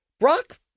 Brock